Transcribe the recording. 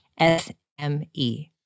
SME